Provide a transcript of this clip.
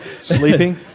Sleeping